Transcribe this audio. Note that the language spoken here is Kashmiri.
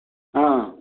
اۭں